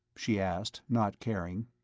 she asked, not caring.